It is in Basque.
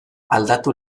aldatu